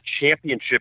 championship